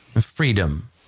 Freedom